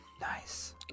Nice